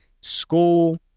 school